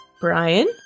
Brian